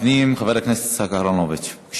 תודה רבה, תודה רבה.